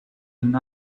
and